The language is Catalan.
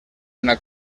una